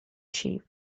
chief